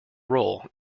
role